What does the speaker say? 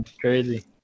crazy